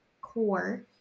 Core